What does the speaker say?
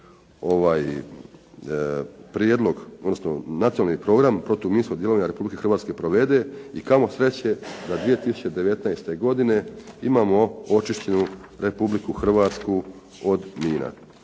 prijedlog odnosno Nacionalni program protuminskog djelovanja Republike Hrvatske provede i kamoli sreće da 2019. godine imamo očišćenu Republiku Hrvatsku od mina.